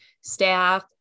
staff